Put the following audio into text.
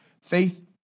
Faith